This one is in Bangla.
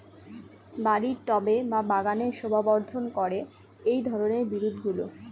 বাড়ির টবে বা বাগানের শোভাবর্ধন করে এই ধরণের বিরুৎগুলো